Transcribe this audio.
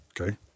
okay